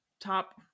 top